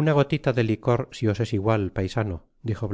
una gotib de licor si os es igual paisanodijo